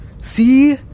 See